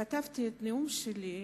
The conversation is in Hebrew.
כתבתי את הנאום שלי,